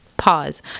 pause